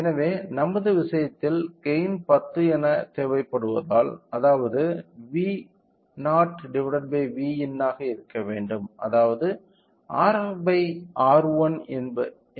எனவே நமது விஷயத்தில் கெய்ன் 10 என தேவைப்படுவதால் அதாவது V0 Vin 10 ஆக இருக்க வேண்டும் அதாவது Rf R1 ஆனது 10 ஆக இருக்க வேண்டும்